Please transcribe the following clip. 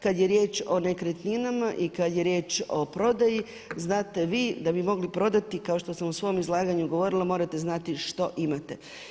Kad je riječ o nekretninama i kad je riječ o prodaji znate vi da mi mogli prodati kao što sam u svom izlaganju govorila morate znati što imate.